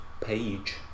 page